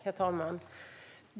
Herr talman!